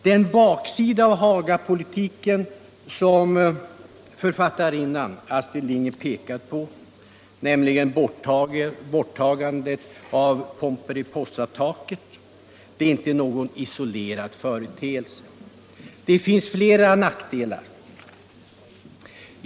Den baksida av Hagapolitiken som Astrid Lindgren har pekat på, nämligen borttagandet av Pomperipossataket, är inte någon isolerad företeelse. Det finns fler nackdelar.